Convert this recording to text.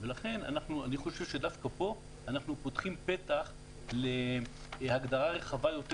ולכן אני חושב שדווקא פה אנחנו פותחים פתח להגדרה רחבה יותר